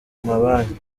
mabanki